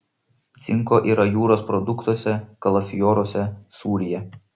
cinko yra jūros produktuose kalafioruose sūryje